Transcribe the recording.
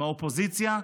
מהאופוזיציה,